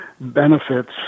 benefits